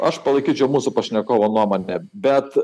aš palaikyčiau mūsų pašnekovo nuomonę bet